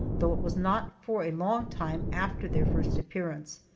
though it was not for a long time after their first appearance.